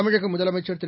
தமிழகமுதலமைச்சர் திரு